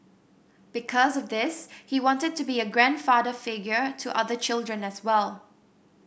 because of this he wanted to be a grandfather figure to other children as well